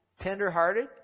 Tenderhearted